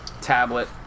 tablet